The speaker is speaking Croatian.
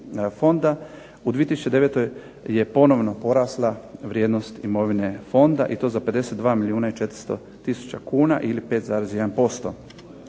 u 2009. je ponovno porasla vrijednost imovine fonda i to za 52 milijuna i 400 tisuća kuna ili 5,1%.